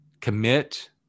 Commit